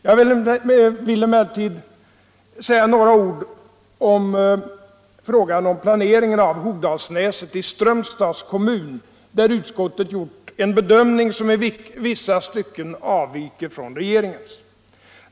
Jag vill nu något beröra planeringen av Hogdalsnäset i Strömstads kommun, där utskottet har gjort en bedömning som i vissa stycken avviker från regeringens.